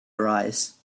arise